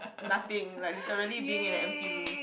nothing like literally being in an empty room